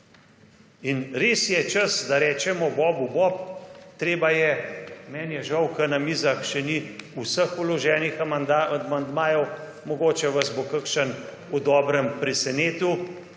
In res je čas, da rečemo bobu bob, treba je, meni je žal, ker na mizah še ni vseh vloženih amandmajev, mogoče vas bo kakšen v dobrem presenetil